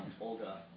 Olga